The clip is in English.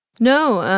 no.